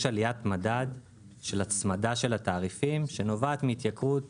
יש עלייה של המדד שנובעת מהתייקרות